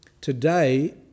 today